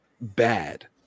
bad